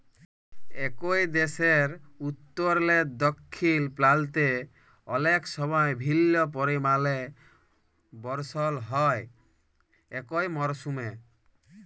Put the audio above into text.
একই দ্যাশের উত্তরলে দখ্খিল পাল্তে অলেক সময় ভিল্ল্য পরিমালে বরসল হ্যয় একই মরসুমে